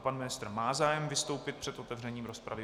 Pan ministr má zájem vystoupit před otevřením rozpravy.